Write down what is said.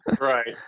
Right